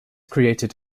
created